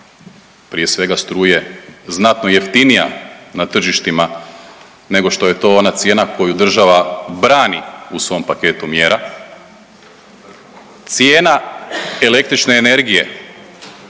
prije svega struje znatno jeftinija na tržištima nego što je to ona cijena koju država brani u svom paketu mjera, cijena električne energije